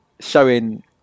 Showing